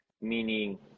meaning